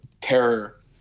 terror